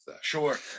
Sure